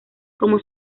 como